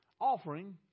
offering